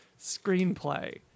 screenplay